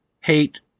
hate